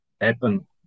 happen